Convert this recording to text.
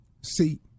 See